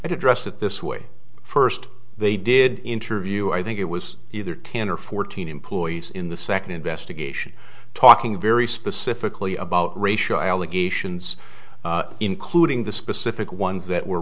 address it this way first they did interview i think it was either ten or fourteen employees in the second investigation talking very specifically about racial allegations including the specific ones that were